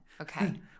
Okay